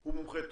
הוא מומחה טוב.